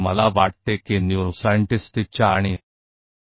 मुझे लगता है कि अंतिम न्यूरोसाइंटिस्ट किक है जो कि जीवन का साक्षी होना चाहते थे